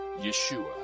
Yeshua